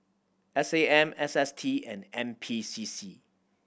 S A M S S T and N P C C